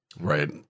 right